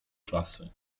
klasy